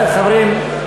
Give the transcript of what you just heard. חברים,